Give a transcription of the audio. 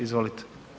Izvolite.